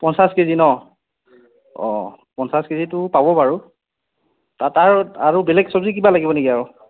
পঞ্চাছ কেজি ন অঁ পঞ্চাছ কেজিটো পাব বাৰু তাত আৰু আৰু বেলেগ চব্জিও কিবা লাগিব নেকি আৰু